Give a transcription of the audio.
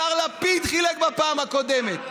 לליכוד השר לפיד חילק בפעם הקודמת.